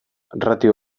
ratio